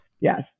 Yes